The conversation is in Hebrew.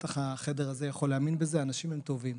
ובטח החדר הזה יכול להאמין בזה, אנשים הם טובים.